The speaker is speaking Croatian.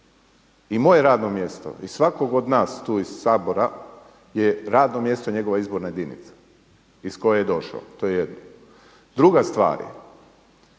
i moje radno mjesto i svakog od nas tu iz Sabora je radno mjesto njegova izborna jedinica iz koje je došao, to je jedno. Druga stvar,